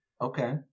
okay